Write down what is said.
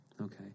Okay